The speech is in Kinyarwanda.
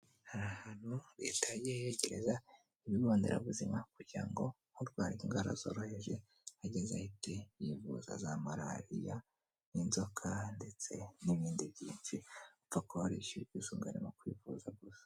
Hari ahantu leta yagiye yegereza ibigonderabuzima, kugira ngo urwaye indwara zoroheje igihe agize ikibazo ahite yivuza za malariya, inzoka, ndetse n'ibindi byinshi apfa kuba yarishyuye ubwisungane mu kwivuza gusa.